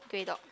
grey dog